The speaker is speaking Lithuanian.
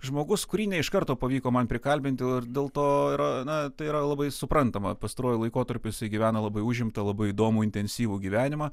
žmogus kurį ne iš karto pavyko man prikalbinti ir dėl to yra na tai yra labai suprantama pastaruoju laikotarpiu jisai gyvena labai užimtą labai įdomų intensyvų gyvenimą